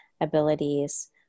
abilities